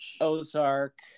Ozark